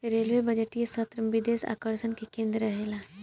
railway बजटीय सत्र में विशेष आकर्षण के केंद्र रहेला